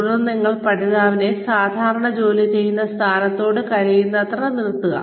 തുടർന്ന് നിങ്ങൾ പഠിതാവിനെ സാധാരണ ജോലി ചെയ്യുന്ന സ്ഥാനത്തോട് കഴിയുന്നത്ര അടുത്ത് നിർത്തുക